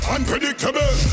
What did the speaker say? Unpredictable